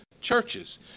churches